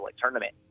tournament